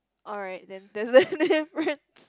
alright then that's a difference